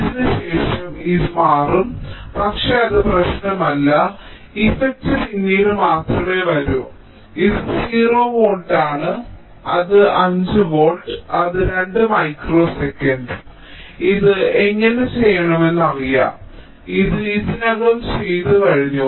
ഇതിനുശേഷം ഇത് മാറും പക്ഷേ അത് പ്രശ്നമല്ല ഇഫക്റ്റ് പിന്നീട് മാത്രമേ വരൂ ഇത് 0 വോൾട്ട് ആണ് അത് 5 വോൾട്ട് അത് 2 മൈക്രോ സെക്കൻഡ് ഇത് എങ്ങനെ ചെയ്യണമെന്ന് ഞങ്ങൾക്കറിയാം ഞങ്ങൾ ഇത് ഇതിനകം ചെയ്തുകഴിഞ്ഞു